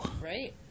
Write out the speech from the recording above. Right